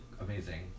amazing